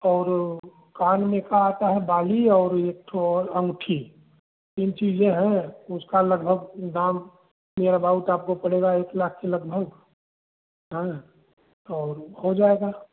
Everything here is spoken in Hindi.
और कान में का आता है बाली और एक ठो और अंगूठी तीन चीज़ें हैं उसका लगभग दाम नियर बाउट आपको पड़ेगा एक लाख के लगभग हाँ और हो जाएगा